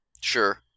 Sure